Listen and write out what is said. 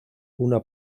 una